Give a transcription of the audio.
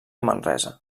manresa